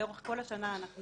ולאורך כל השנה אנחנו